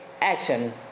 action